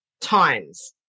times